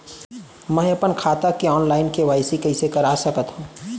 मैं अपन खाता के ऑनलाइन के.वाई.सी कइसे करा सकत हव?